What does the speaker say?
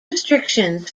restrictions